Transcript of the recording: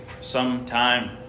Sometime